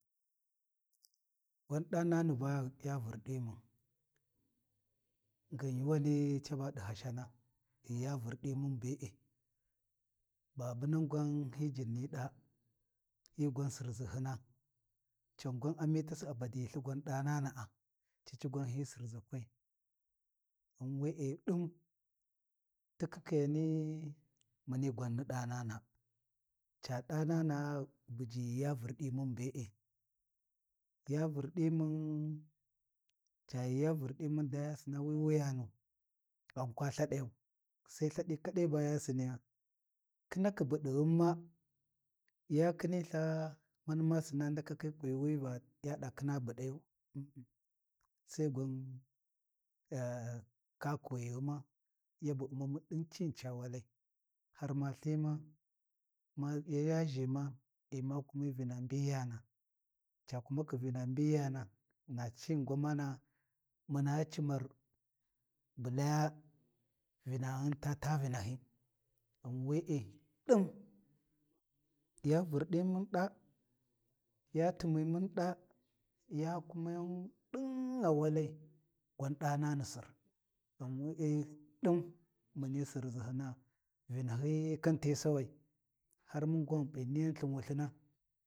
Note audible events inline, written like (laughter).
Gwan ɗanani ba ya vurɗi mun ngin yuuwani caba ɗi Hashana, ghi ya Vurdi mun be’e. Babunan gwan hi jin ni ɗaa. Hi gwan Sirʒihina. Can gwan Amitasi a badiyi lthi gwan ɗanana’a cici gwan hi Sirʒakwai. Ghan we’e ɗin tikhikhiyani muni gwan ni ɗanana. Ca ɗanana’a buji ya Vurdi mun be’e. Ya vurdi mun ca ghi ya Vurdi mun da ya Sina wi wuyanu, ghan kwa lthadayu Sai lthaɗi kadai ba ya Siniya, khinakhi buɗighun ma, ya khini ltha mani ma Sinaa ndakakhi kwi wi Va yaɗa khina buɗayu, mh-mh Sai gwan (hesitation) kakuwi ghuma, yabu U’mamu ɗin cini ca walai, har ma lthima ya ʒhima ghi ma kumi vina mbiyana, ca kumakhi Vina mbiyana na cini gwamana, muna cimar bu laya Vinaghum ta taa Vinahi, ghan we’e ɗin ya Vurdimun ɗaa, ya timi mun ɗaa ya kumiyimun ɗingha walai gwan ɗanani Sir, ghan we’e ɗin muni Sirʒhina, Vinahi khin ti sawai, har mun gwan ghi p’iniyan lthin Wulthina.